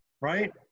right